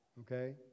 Okay